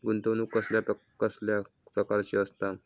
गुंतवणूक कसल्या कसल्या प्रकाराची असता?